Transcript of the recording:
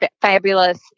fabulous